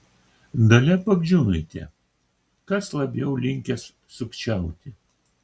dalia bagdžiūnaitė kas labiau linkęs sukčiauti